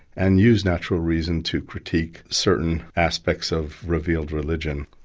and used natural reason to critique certain aspects of revealed religion.